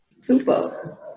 Super